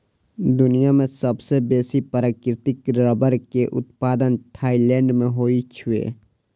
दुनिया मे सबसं बेसी प्राकृतिक रबड़ के उत्पादन थाईलैंड मे होइ छै